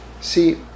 See